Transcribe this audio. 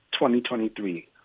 2023